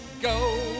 go